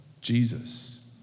Jesus